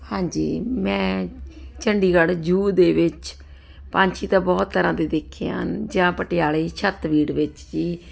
ਹਾਂਜੀ ਮੈਂ ਚੰਡੀਗੜ੍ਹ ਜੂ ਦੇ ਵਿੱਚ ਪੰਛੀ ਤਾਂ ਬਹੁਤ ਤਰ੍ਹਾਂ ਦੇ ਦੇਖੇ ਆ ਜਾਂ ਪਟਿਆਲੇ ਛੱਤਵੀੜ ਵਿੱਚ ਜੀ